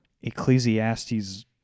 Ecclesiastes